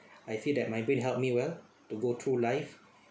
I feel that my brain help me well to go through life